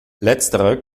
letztere